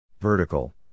Vertical